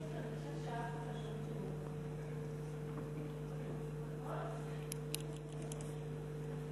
אני רוצה לברך את היושבת בראש חברתי חברת הכנסת